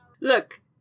Look